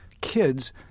kids